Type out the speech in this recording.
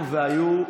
למרות שבדקנו והיו,